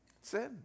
Sin